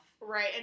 Right